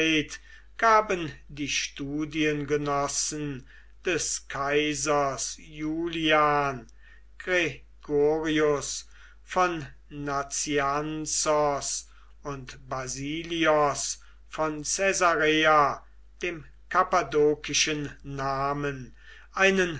gaben die studiengenossen des kaisers julian gregorios von nazianzos und basilios von caesarea dem kappadokischen namen einen